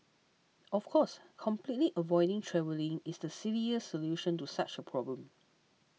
of course completely avoiding travelling is the silliest solution to such a problem